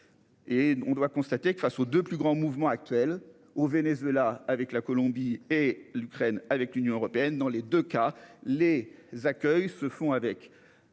Et on doit constater que face aux deux plus grands mouvements actuels au Venezuela avec la Colombie et l'Ukraine avec l'Union européenne dans les 2 cas les accueille se font avec